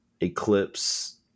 Eclipse